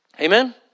Amen